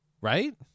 Right